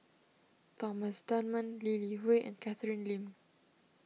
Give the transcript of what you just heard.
Thomas Dunman Lee Li Hui and Catherine Lim